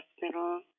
Hospital